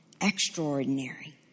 extraordinary